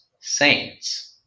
Saints